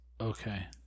Okay